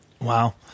Wow